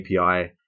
API